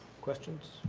questions?